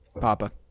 Papa